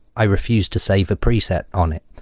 i refuse to save a preset on it.